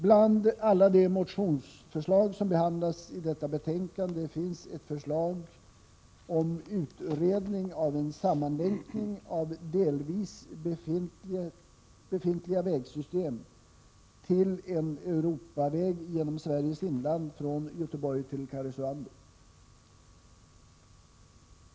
Bland alla de motionsförslag som behandlas i detta betänkande finns ett förslag om utredning av en sammanlänkning av delvis befintliga vägsystem till en Europaväg genom Sveriges inland från Göteborg till Karesuando.